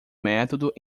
método